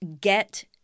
get